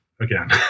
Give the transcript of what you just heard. again